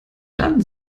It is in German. dann